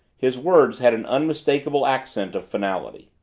his words had an unmistakable accent of finality.